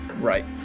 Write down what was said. Right